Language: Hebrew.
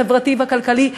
במצב החברתי והכלכלי,